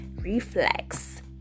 reflex